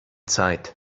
zeit